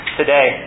today